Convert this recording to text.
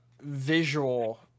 visual